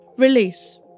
Release